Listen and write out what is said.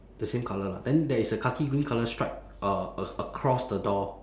the same colour lah then there is a khaki green colour stripe uh a~ across the door